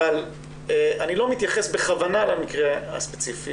אבל אני לא מתייחס בכוונה למקרה הספציפי